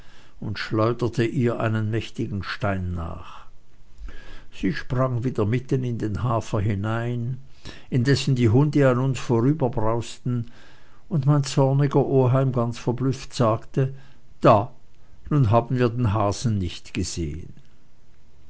und er schleuderte ihr einen mächtigen stein nach sie sprang wieder mitten in den hafer hinein indessen die hunde an uns vorüberbrausten und mein zorniger oheim ganz verblüfft sagte da nun haben wir den hasen nicht gesehen